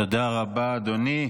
תודה רבה, אדוני.